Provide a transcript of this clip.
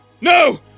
No